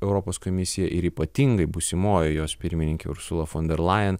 europos komisija ir ypatingai būsimoji jos pirmininkė ursula fonderlaijen